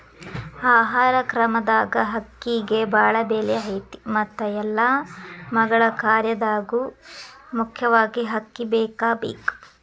ಆಹಾರ ಕ್ರಮದಾಗ ಅಕ್ಕಿಗೆ ಬಾಳ ಬೆಲೆ ಐತಿ ಮತ್ತ ಎಲ್ಲಾ ಮಗಳ ಕಾರ್ಯದಾಗು ಮುಖ್ಯವಾಗಿ ಅಕ್ಕಿ ಬೇಕಬೇಕ